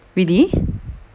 really